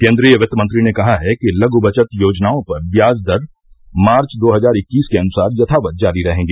केन्द्रीय वित्त मंत्री ने कहा है कि लघु बचत योजनाओं पर ब्याज दर मार्च दो हजार इक्कीस के अनुसार यथावत जारी रहेंगी